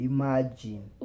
Imagine